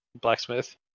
blacksmith